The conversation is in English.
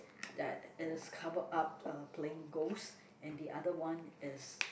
that is covered up uh playing ghost and the other one is